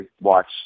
watch